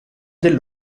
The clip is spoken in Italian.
del